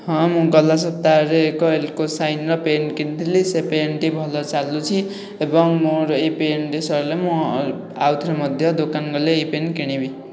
ହଁ ମୁଁ ଗଲା ସପ୍ତାହରେ ଏକ ଏଲକୋ ସାଇନ୍ର ପେନ୍ କିଣିଥିଲି ସେ ପେନ୍ଟି ଭଲ ଚାଲୁଛି ଏବଂ ମୋ'ର ଏହି ପେନ୍ଟି ସରିଲେ ମୁଁ ଆଉ ଥରେ ମଧ୍ୟ ଦୋକାନ ଗଲେ ଏହି ପେନ୍ କିଣିବି